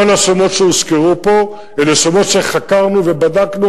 כל השמות שהוזכרו פה אלה שמות שחקרנו ובדקנו